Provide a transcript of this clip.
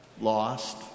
lost